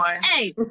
Hey